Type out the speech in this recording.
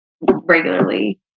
regularly